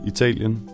Italien